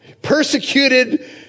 Persecuted